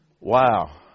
Wow